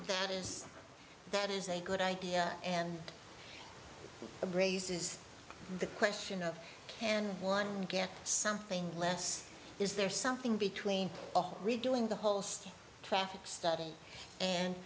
that is that is a good idea and braises the question of can one get something less is there something between redoing the whole city traffic study and